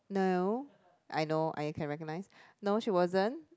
no I know I can recognize no she wasn't